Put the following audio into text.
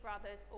brothers